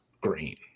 green